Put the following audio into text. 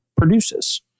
produces